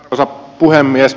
arvoisa puhemies